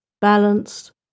balanced